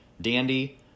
Dandy